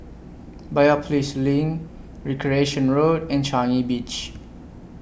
Biopolis LINK Recreation Road and Changi Beach